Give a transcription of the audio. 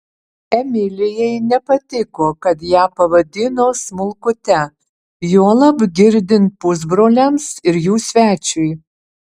emilijai nepatiko kad ją pavadino smulkute juolab girdint pusbroliams ir jų svečiui